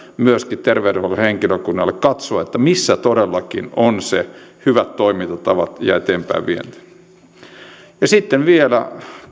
myöskin terveydenhuollon henkilökunnalle katsoa missä todellakin ovat ne hyvät toimintatavat ja eteenpäinvienti ja sitten vielä